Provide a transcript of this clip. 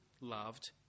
loved